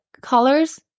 colors